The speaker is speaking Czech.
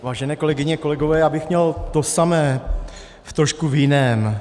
Vážené kolegyně, kolegové, já bych měl to samé, trošku v jiném.